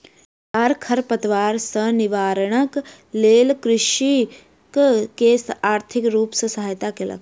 सरकार खरपात सॅ निवारणक लेल कृषक के आर्थिक रूप सॅ सहायता केलक